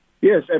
Yes